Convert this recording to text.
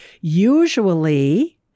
usually